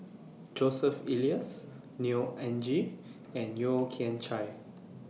Joseph Elias Neo Anngee and Yeo Kian Chai